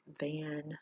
van